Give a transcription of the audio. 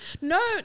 No